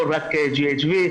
לא רק GHB,